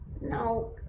no